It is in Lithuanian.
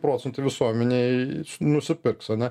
procentai visuomenėj nusipirks ane